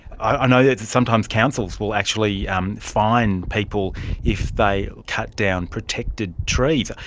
i know yeah that sometimes councils will actually um fine people if they cut down protected trees.